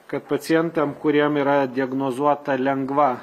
kad pacientam kuriem yra diagnozuota lengva